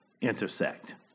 intersect